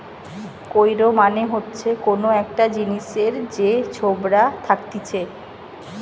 কৈর মানে হচ্ছে কোন একটা জিনিসের যে ছোবড়া থাকতিছে